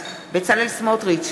בצלאל סמוטריץ,